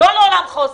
לא לעולם חוסן.